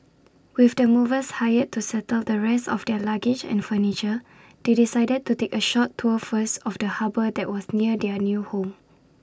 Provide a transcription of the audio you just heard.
with the movers hired to settle the rest of their luggage and furniture they decided to take A short tour first of the harbour that was near their new home